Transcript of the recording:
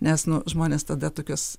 nes nu žmonės tada tokias